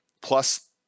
plus